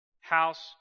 House